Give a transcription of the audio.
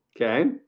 Okay